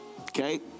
okay